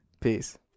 Peace